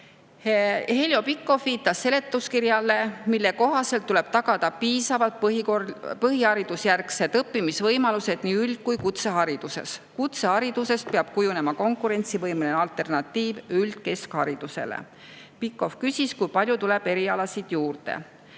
Heljo Pikhof viitas seletuskirjale, mille kohaselt tuleb tagada piisavad põhiharidusjärgsed õppimisvõimalused nii üld- kui kutsehariduses. Kutseharidusest peab kujunema konkurentsivõimeline alternatiiv üldkeskharidusele. Pikhof küsis, kui palju tuleb erialasid juurde.